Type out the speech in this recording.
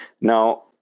Now